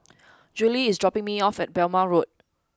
Judie is dropping me off at Balmoral Road